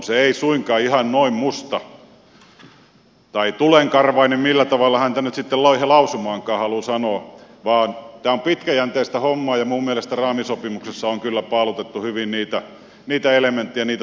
se ei suinkaan ole ihan noin musta tulenkarvainen millä tavalla häntä nyt sitten loihe lausumaankaan haluaa sanoa vaan tämä on pitkäjänteistä hommaa ja minun mielestäni raamisopimuksessa on kyllä paalutettu hyvin niitä elementtejä niitä toimenpiteitä